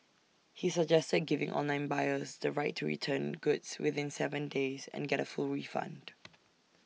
he suggested giving online buyers the right to return goods within Seven days and get A full refund